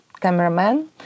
cameraman